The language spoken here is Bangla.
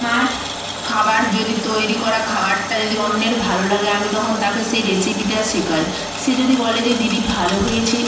মার খাবার যদি তৈরী করা খাবারটা যদি অন্যের ভালো লাগে আমি তখন তাকে সেই রেসিপিটা শেখাই সে যদি বলে যে দিদি ভালো হয়েছে